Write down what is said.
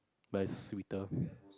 but it's sweeter